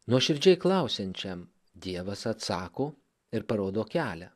nuoširdžiai klausiančiam dievas atsako ir parodo kelią